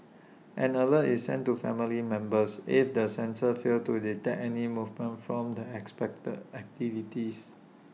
an alert is sent to family members if the sensors fail to detect any movement from the expected activities